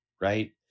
Right